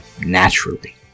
naturally